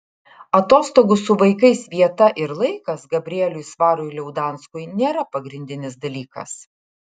atostogų su vaikais vieta ir laikas gabrieliui svarui liaudanskui nėra pagrindinis dalykas